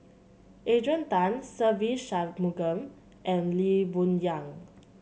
Adrian Tan Se Ve Shanmugam and Lee Boon Yang